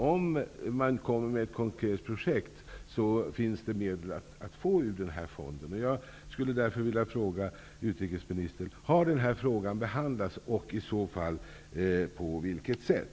Om man kommer med ett konkret projekt finns det nämligen medel att få ur denna fond. Jag skulle därför vilja fråga utrikesministern: Har denna fråga behandlats och i så fall på vilket sätt?